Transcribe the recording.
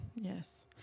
Yes